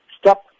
Stop